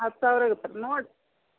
ಹತ್ತು ಸಾವಿರ ಇತ್ತು ನೋಡಿ